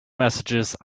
messages